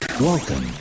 welcome